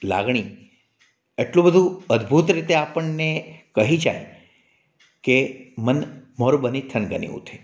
લાગણી એટલું બધું અદ્ભુત રીતે આપણને કહી જાય કે મન મોર બની થનગની ઉઠે